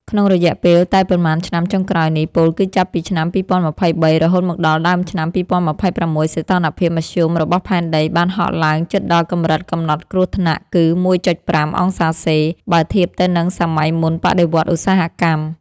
ក្នុងរយៈពេលតែប៉ុន្មានឆ្នាំចុងក្រោយនេះ ពោលគឺចាប់ពីឆ្នាំ ២០២៣ រហូតមកដល់ដើមឆ្នាំ ២០២៦ សីតុណ្ហភាពមធ្យមរបស់ផែនដីបានហក់ឡើងជិតដល់កម្រិតកំណត់គ្រោះថ្នាក់គឺ 1.5 អង្សារសេ បើធៀបទៅនឹងសម័យមុនបដិវត្តន៍ឧស្សាហកម្ម។